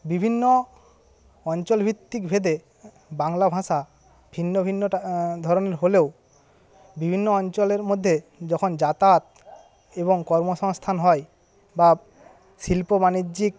বিভিন্ন অঞ্চল ভিত্তিক ভেদে বাংলা ভাষা ভিন্ন ভিন্ন ধরন হলেও বিভিন্ন অঞ্চলের মধ্যে যখন যাতায়াত এবং কর্মসংস্থান হয় বা শিল্প বাণিজ্যিক